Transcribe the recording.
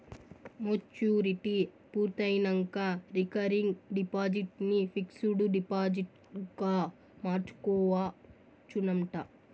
maturity పూర్తయినంక recurring deposit ని fixed డిపాజిట్గ మార్చుకోవచ్చునంట